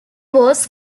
was